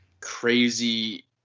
crazy